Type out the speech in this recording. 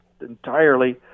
entirely